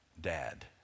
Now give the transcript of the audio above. dad